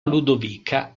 ludovica